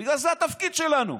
בגלל שזה התפקיד שלנו.